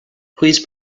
please